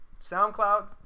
SoundCloud